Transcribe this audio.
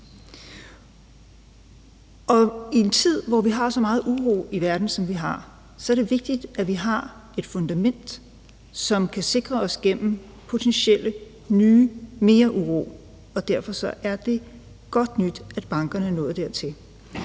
i en tid, hvor vi har så meget uro i verden, som vi har, så er det vigtigt, at vi har et fundament, som kan sikre os gennem potentielt ny mere uro, og derfor er det godt nyt, at bankerne er nået dertil.